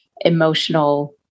emotional